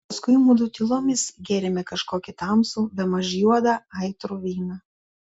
paskui mudu tylomis gėrėme kažkokį tamsų bemaž juodą aitrų vyną